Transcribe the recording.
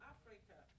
Africa